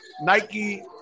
Nike